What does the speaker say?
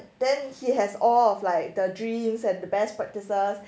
then he has all of like the dreams and the best practices